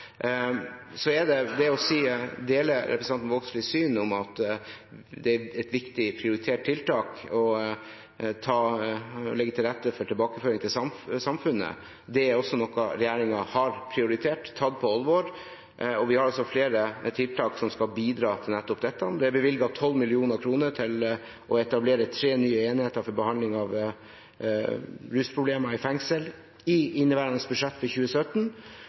deler representanten Vågslids syn på at det er et viktig, prioritert tiltak å legge til rette for tilbakeføring til samfunnet. Det er også noe regjeringen har prioritert og tatt på alvor. Vi har flere tiltak som skal bidra til nettopp dette. Det er bevilget 12 mill. kr i inneværende budsjett for 2017 til å etablere tre nye enheter for behandling av rusproblemer i fengsel. Ordningen skal gi innsatte rusbehandling i